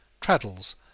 Traddles